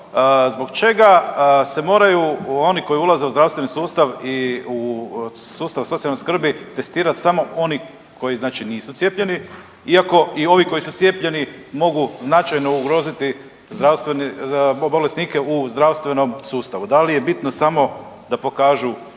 Zbog čega se moraju oni koji ulaze u zdravstveni sustav i u sustav socijalne skrbi testirat samo oni koji znači nisu cijepljeni iako i ovi koji su cijepljeni mogu značajno ugroziti bolesnike u zdravstvenom sustavu. Da li je bitno samo da pokažu